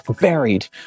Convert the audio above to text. buried